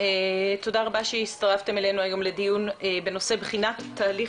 תודה רבה שהצטרפתם אלינו היום לדיון בנושא בחינת תהליך